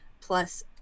plus